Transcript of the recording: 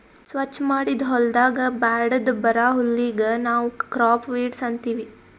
ಸ್ವಚ್ ಮಾಡಿದ್ ಹೊಲದಾಗ್ ಬ್ಯಾಡದ್ ಬರಾ ಹುಲ್ಲಿಗ್ ನಾವ್ ಕ್ರಾಪ್ ವೀಡ್ಸ್ ಅಂತೀವಿ